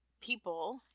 people